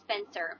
Spencer